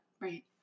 Right